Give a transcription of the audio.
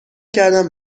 کردم